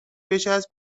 بچسب